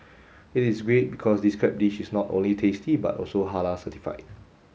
it is great because this crab dish is not only tasty but also Halal certified